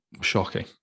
Shocking